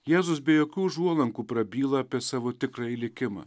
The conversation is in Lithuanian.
jėzus be jokių užuolankų prabyla apie savo tikrąjį likimą